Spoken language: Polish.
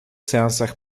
seansach